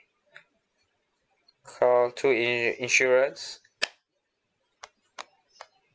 call two in insurance